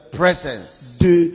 presence